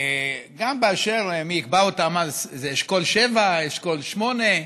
גם באשר מי יקבע אותה, מה, זה אשכול 7, אשכול 8?